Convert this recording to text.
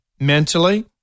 mentally